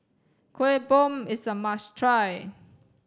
kueh bom is a must try